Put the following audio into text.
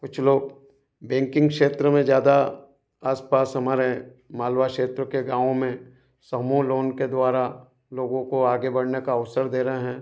कुछ लोग बेंकिंग क्षेत्र मे ज़्यादा आस पास हमारे मालवा क्षेत्र के गाँव मे समूह लोन के द्वारा लोगो को आगे बढ़ने का अवसर दे रहे हैं